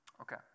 Okay